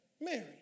Mary